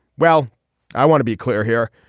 well i want to be clear here.